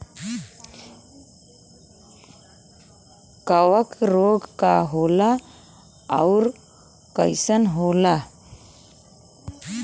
कवक रोग का होला अउर कईसन होला?